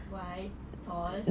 white tall